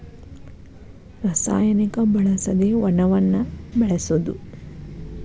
ರಸಾಯನಿಕ ಬಳಸದೆ ವನವನ್ನ ಬೆಳಸುದು